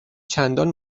چندان